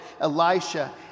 Elisha